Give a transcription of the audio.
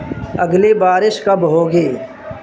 اگلی بارش کب ہوگی